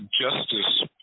justice